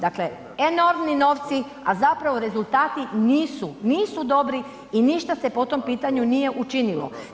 Dakle, enormni novci, a zapravo rezultati nisu, nisu dobri i ništa se po tom pitanju nije učinilo.